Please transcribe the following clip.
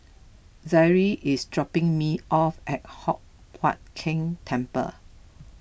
Zaire is dropping me off at Hock Huat Keng Temple